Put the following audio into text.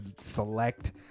select